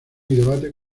debate